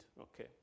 okay